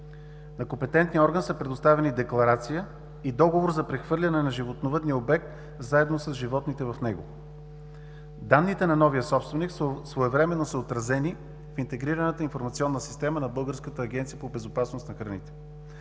На компетентния орган са предоставени декларация и договор за прехвърляне на животновъдния обект заедно с животните в него. Данните на новия собственик своевременно са отразени в интегрираната информационна система на Българската агенция по безопасност на храните.